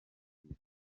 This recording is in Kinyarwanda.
hirwa